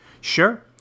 Sure